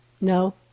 No